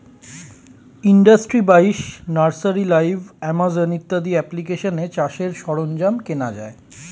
industry বাইশ, nursery live, Amazon ইত্যাদি অ্যাপ্লিকেশানে চাষের সরঞ্জাম কেনা যায়